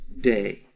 day